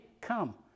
come